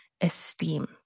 esteem